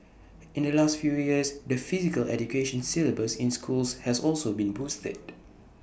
in the last few years the physical education syllabus in schools has also been boosted